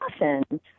often